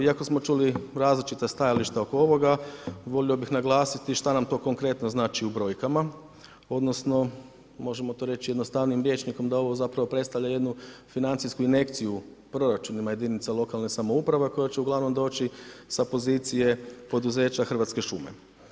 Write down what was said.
Iako smo čuli različita stajališta oko ovoga, volio bih naglasiti šta nam to konkretno znači u brojkama, odnosno možemo to reći jednostavnijim rječnikom da ovo zapravo predstavlja jednu financijsku injekciju proračunima jedinica lokalne samouprave koja će uglavnom doći sa pozicije poduzeća Hrvatske šume.